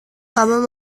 kamu